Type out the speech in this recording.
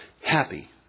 happy